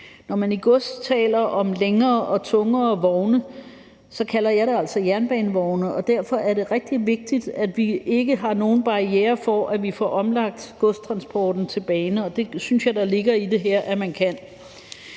Når man i godstransporten taler om længere og tungere vogne, kalder jeg det altså jernbanevogne, og derfor er det rigtig vigtigt, at vi ikke har nogen barrierer for, at vi får omlagt godstransporten til bane, og det synes jeg der ligger i det her man kan.